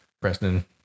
Preston